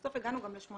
בסוף הגענו גם ל-8,000?